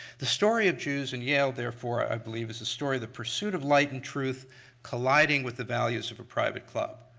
the story of jews and yale, therefore, i believe, is the story of the pursuit of light and truth colliding with the values of a private club.